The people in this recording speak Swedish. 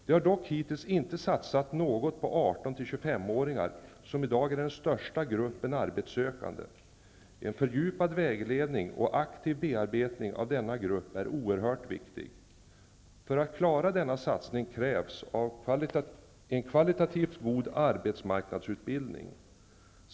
Det har dock hittills inte satsats något på 18--25 åringar, som i dag är den största gruppen arbetssökande. Fördjupad vägledning och aktiv bearbetning av denna grupp är oerhört viktigt. För att klara denna satsning krävs en kvalitativt god arbetsmarknadsutbildning.